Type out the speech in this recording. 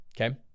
okay